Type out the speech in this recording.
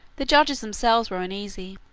the judges themselves were uneasy.